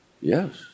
Yes